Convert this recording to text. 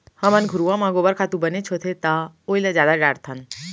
हमन घुरूवा म गोबर खातू बनेच होथे त ओइला जादा डारथन